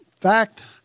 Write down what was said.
fact